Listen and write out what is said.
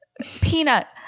peanut